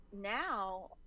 now